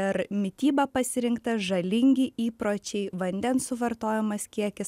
ir mityba pasirinkta žalingi įpročiai vandens suvartojimas kiekis